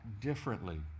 differently